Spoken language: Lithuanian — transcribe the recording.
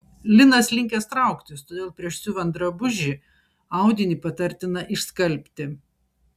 linas linkęs trauktis todėl prieš siuvant drabužį audinį patartina išskalbti